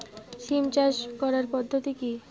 সিম চাষ করার পদ্ধতি কী?